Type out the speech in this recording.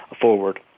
forward